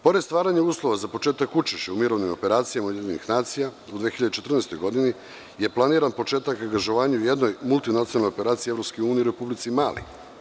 Pored stvaranja uslova za početak učešća u mirovnim operacijama UN u 2014. godini je planiran početak angažovanja u jednoj multinacionalnoj operaciji EU u Republici Mali.